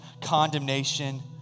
condemnation